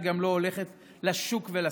שגם לא הולכת לשוק ולסופר.